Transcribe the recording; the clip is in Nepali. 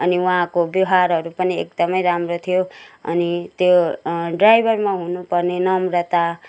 अनि उहाँको व्यवहारहरू पनि एकदमै राम्रो थियो अनि त्यो ड्राइभरमा हुनुपर्ने नम्रता